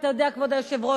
כבוד היושב-ראש,